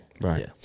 Right